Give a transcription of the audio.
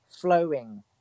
flowing